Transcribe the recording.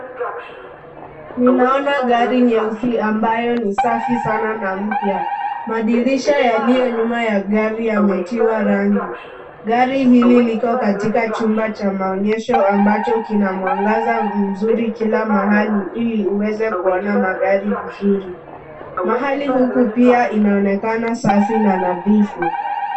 Ninaona gari nyeusi ambayo ni safi sana na mpya, madirisha yaliyo nyuma ya gari yametiwa rangi, gari hili liko katika chumba cha maonyesho ambacho kina mwangaza mzuri kila mahali ili uweze kuona magari vizuri. Mahali huku pia inaonekana safi na nadhifu.